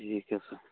ਠੀਕ ਹੈ ਸਰ